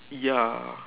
ya